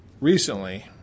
Recently